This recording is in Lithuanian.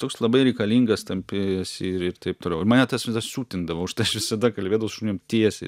toks labai reikalingas tampi esi ir ir taip toliau ir mane tas siutindavo aš aš visada kalbėdavau su žmonėm tiesiai